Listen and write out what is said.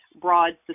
broad